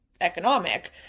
economic